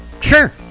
sure